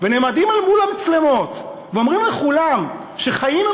ונעמדים אל מול המצלמות ואומרים לכולם שחיים הם